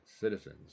citizens